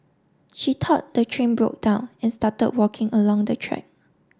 she thought the train broke down and started walking along the track